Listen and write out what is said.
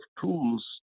tools